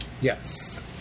Yes